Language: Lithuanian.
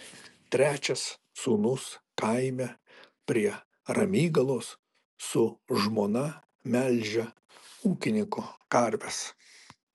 trečias sūnus kaime prie ramygalos su žmona melžia ūkininko karves